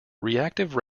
reactive